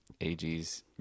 ag's